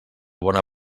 bona